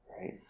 right